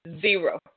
zero